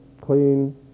clean